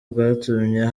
bwatumye